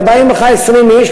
באים לך 20 איש,